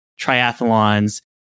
triathlons